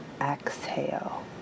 Exhale